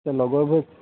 এই লগৰবোৰক